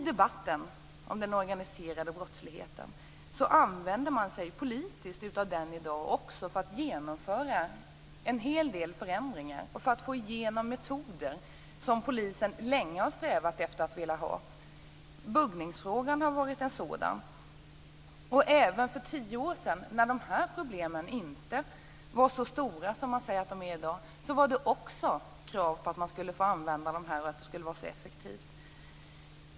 Man använder sig politiskt i dag av debatten om den organiserade brottsligheten för att genomföra förändringar och för att få igenom metoder som polisen länge strävat efter och velat ha. Buggningsfrågan har varit en sådan fråga. Även för tio år sedan, när problemen inte var så stora som man säger att de är i dag, fanns det krav på att man skulle få använda dessa metoder för att de skulle vara så effektiva.